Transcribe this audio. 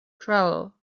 travel